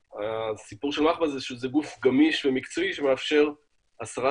הסיפור של מחב"א זה שזה גוף גמיש ומקצועי שמאפשר הסרת